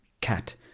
cat